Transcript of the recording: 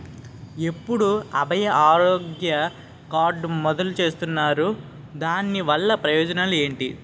ఎప్పుడు అభయ ఆరోగ్య కార్డ్ మొదలు చేస్తున్నారు? దాని వల్ల ప్రయోజనాలు ఎంటి?